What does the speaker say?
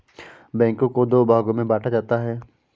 बैंकों को दो भागों मे बांटा जाता है